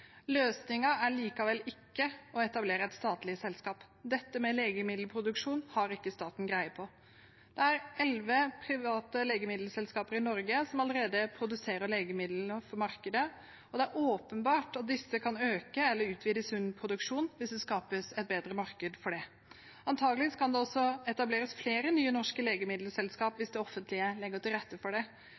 er likevel ikke å etablere et statlig selskap. Dette med legemiddelproduksjon har ikke staten greie på. Det er elleve private legemiddelselskaper i Norge som allerede produserer legemidler for markedet, og det er åpenbart at disse kan øke eller utvide sin produksjon hvis det skapes et bedre marked for det. Antakelig kan det også etableres flere nye norske legemiddelselskaper hvis det offentlige legger til rette for det.